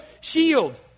shield